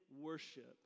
worship